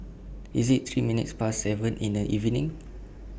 IT IS three minutes Past seven in The evening